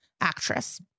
actress